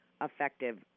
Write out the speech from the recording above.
effective